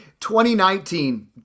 2019